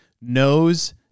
knows